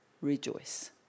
Rejoice